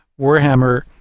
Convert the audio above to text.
Warhammer